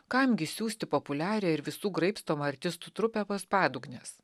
kam gi siųsti populiarią ir visų graibstomą artistų trupę pas padugnes